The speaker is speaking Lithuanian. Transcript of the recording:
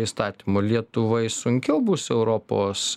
įstatymo lietuvai sunkiau bus europos